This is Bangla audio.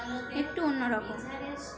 একটু অন্যরকম